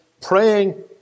praying